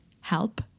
help